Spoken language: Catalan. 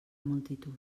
multitud